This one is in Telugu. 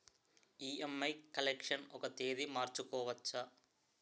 ఇ.ఎం.ఐ కలెక్షన్ ఒక తేదీ మార్చుకోవచ్చా?